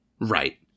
right